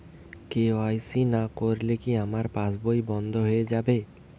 KYC না করলে কি আমার পাশ বই বন্ধ হয়ে যাবে?